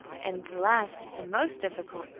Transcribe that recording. and the last and most difficult,